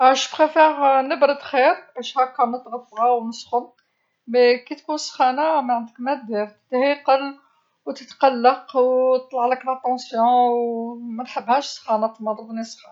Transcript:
أنا أفضل نبرد خير باش هكا نتغطى ونسخن، لكن كي تكون السخانه ماعندك مادير، تهيقل وتتقلق و طلعلك لاطونسيون ومانحبهاش السخانه تمرضني السخانه.